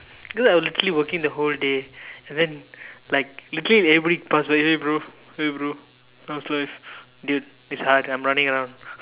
dude I was exactly working the whole day and then like literally everybody past by hey bro hey bro how's life dude it's hard I'm running around